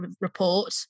report